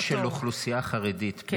במעון של אוכלוסייה חרדית --- כן.